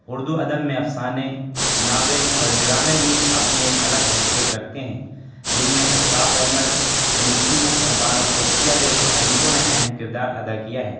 اردو ادب میں افسانے ناول اور ڈرامے بھی اپنی ایک الگ حیثیت رکھتے ہیں جن میں اشفاق احمد منٹو اور بانو قدسیہ جیسے ادیبوں نے اہم کردار ادا کیا ہے